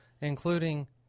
including